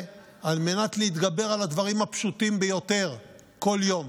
על מנת להתגבר על הדברים הפשוטים ביותר כל יום.